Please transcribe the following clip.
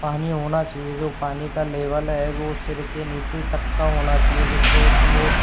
पानी होना चाहिए जो पानी का लेवल है वो सिर के नीचे तक का होना चाहिए जिस से कि वो